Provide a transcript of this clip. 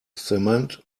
cement